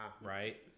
right